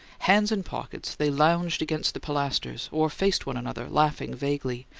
hands in pockets, they lounged against the pilasters, or faced one another, laughing vaguely,